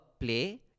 play